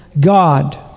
God